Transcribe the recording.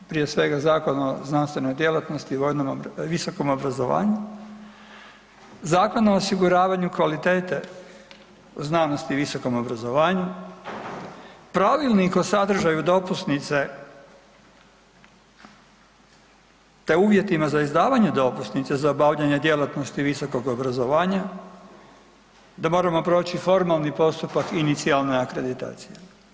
Prije svega Zakon o znanstvenoj djelatnosti i vojnom, visokom obrazovanju, Zakon o osiguranju kvalitete u znanosti i visokom obrazovanju, Pravilnik o sadržaju dopusnice, te uvjetima za izdavanje dopusnice za obavljanje djelatnosti visokog obrazovanja da moramo proći formalni postupak inicijalne akreditacije.